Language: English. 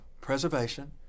preservation